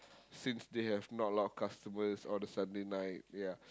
since they have not a lot of customers on a Sunday night ya